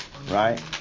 Right